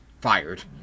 fired